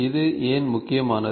இது ஏன் முக்கியமானது